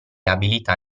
abilità